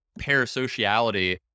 parasociality